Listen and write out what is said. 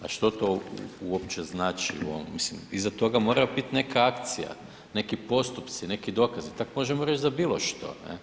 A što to uopće znači u ovom, mislim iza toga mora bit neka akcija, neki postupci, neki dokazi, tak možemo reći za bilo što.